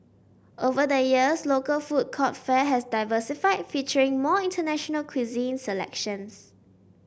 over the years local food court fare has diversified featuring more international cuisine selections